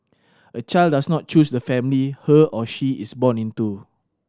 a child does not choose the family her or she is born into